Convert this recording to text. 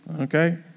okay